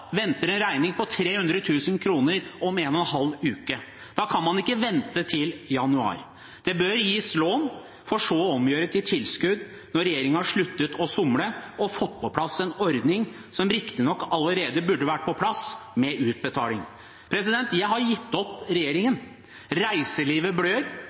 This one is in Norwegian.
venter en regning på 300 000 kr som må betales om en og en halv uke. Da kan man ikke vente til januar. Det bør gis lån, for så å omgjøre det til tilskudd når regjeringen har sluttet å somle og har fått på plass en ordning med betaling som riktignok allerede burde vært på plass. Jeg har gitt opp regjeringen. Reiselivet blør,